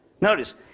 Notice